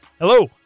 Hello